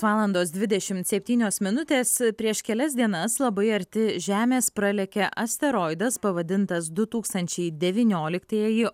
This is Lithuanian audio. valandos dvidešimt septynios minutės prieš kelias dienas labai arti žemės pralėkė asteroidas pavadintas du tūkstančiai devynioliktieji